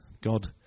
God